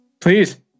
Please